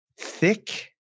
thick